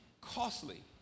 costly